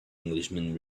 englishman